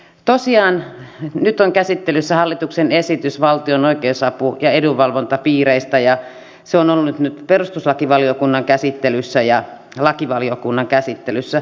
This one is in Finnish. tosiaan nyt on käsittelyssä hallituksen esitys valtion oikeusapu ja edunvalvontapiireistä ja se on ollut nyt perustuslakivaliokunnan käsittelyssä ja lakivaliokunnan käsittelyssä